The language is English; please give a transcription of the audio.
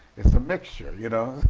it's a mixture you know.